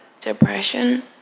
depression